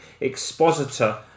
expositor